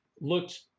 Looked